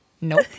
Nope